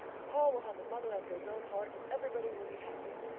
and paul will have a mother after his own heart and everybody will be happy.